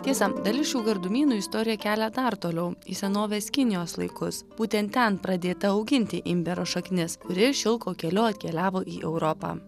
tiesa dalis šių gardumynų istorija kelia dar toliau į senovės kinijos laikus būtent ten pradėta auginti imbiero šaknis kuri šilko keliu atkeliavo į europą